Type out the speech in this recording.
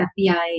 FBI